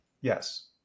Yes